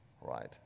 right